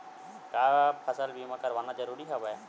का फसल बीमा करवाना ज़रूरी हवय?